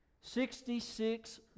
Sixty-six